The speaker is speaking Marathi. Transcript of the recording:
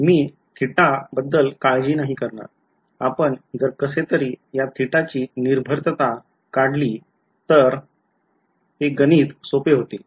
मी थिटा बद्दल काळजी नाही करणार आपण जर कसेतरी या थिटाची निर्भरता काढली तर ते गणिते सोपे होतील